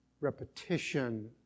repetition